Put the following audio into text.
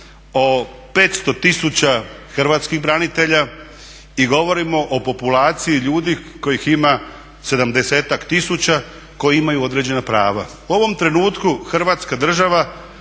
o 500 tisuća hrvatskih branitelja i govorimo o populaciji ljudi kojih ima 70-ak tisuća koji imaju određena prava. U ovom trenutku Hrvatska država